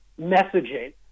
messaging